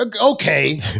okay